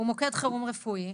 הוא מוקד חירום רפואי,